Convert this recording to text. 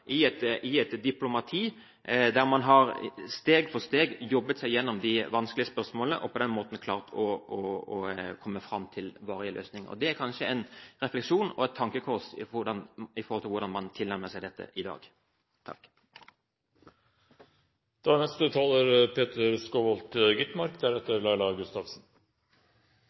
i et diplomati der man steg for steg jobbet seg igjennom de vanskelige spørsmålene, og på den måten klarte å komme fram til varige løsninger. Dette er kanskje en refleksjon på og et tankekors i forhold til hvordan man tilnærmer seg dette i dag. Høyre prioriterer. Våre mål for utviklingspolitikken er